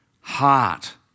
heart